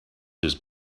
lose